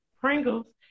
pringles